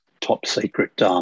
top-secret